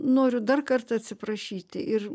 noriu dar kartą atsiprašyti ir